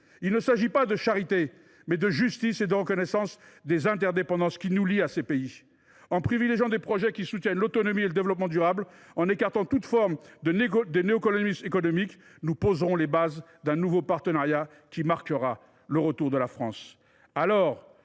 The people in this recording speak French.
Il s’agit non pas de charité, mais de justice et de reconnaissance des interdépendances qui nous lient à ces pays. En privilégiant des projets qui soutiennent l’autonomie et le développement durable, en écartant toute forme de néocolonialisme économique, nous poserons les bases d’un nouveau partenariat qui marquera le retour de la France.